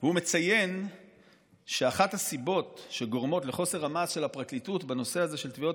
והוא מציין שאחת הסיבות לחוסר המעש של הפרקליטות בנושא הזה של תביעות